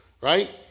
right